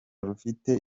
rufite